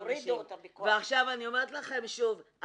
ואני אומרת לכם שוב,